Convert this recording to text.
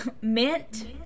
mint